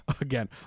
again